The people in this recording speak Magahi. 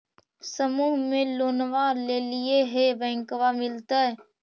समुह मे लोनवा लेलिऐ है बैंकवा मिलतै?